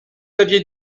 aviez